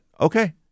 okay